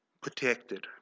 protected